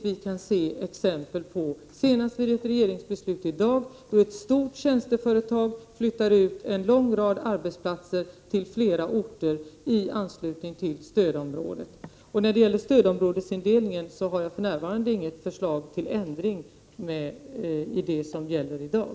Vi kan se exempel på det, senast i ett regeringsbeslut i dag, då ett stort tjänsteföretag flyttar ut en lång rad arbetsplatser till flera orter i anslutning till stödområdet. I fråga om stödområdesindelningen har jag för närvarande inget förslag till ändring av det som gäller i dag.